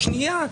שנייה.